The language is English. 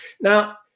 Now